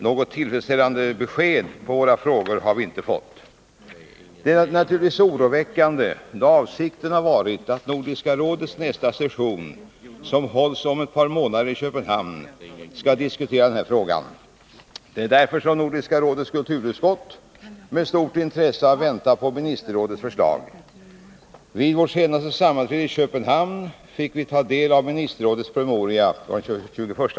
Något tillfredsställande besked på våra frågor har vi inte fått. Detta är naturligtvis oroväckande, då avsikten varit att Nordiska rådets nästa session, som hålls om ett par månader i Köpenhamn, skall diskutera denna fråga. Det är därför som Nordiska rådets kulturutskott med stort intresse har väntat på ministerrådets förslag. Vid vårt senaste sammanträdei Nr 51 Köpenhamn fick vi ta del av ministerrådets promemoria av den 21 november.